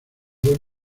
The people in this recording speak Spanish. buen